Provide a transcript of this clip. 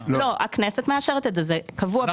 לא, הכנסת מאשרת את זה, זה קבוע בחוק התקציב.